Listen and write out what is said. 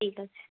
ঠিক আছে